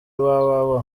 www